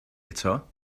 eto